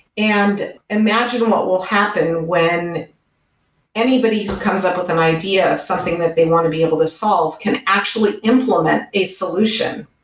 and imagine what will happen when anybody comes up with an idea of something that they want to be able to solve can actually implement a solution.